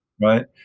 right